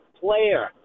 player